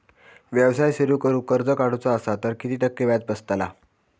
व्यवसाय सुरु करूक कर्ज काढूचा असा तर किती टक्के व्याज बसतला?